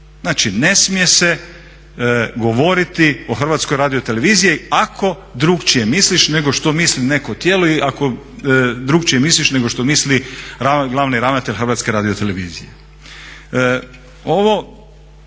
Znači ne smije se govoriti o HRT-u ako drukčije misliš nego što misli neko tijelo i ako drukčije misliš nego što misli glavni ravnatelj HRT-a. Meni nije